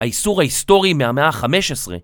האיסור ההיסטורי מהמאה ה-15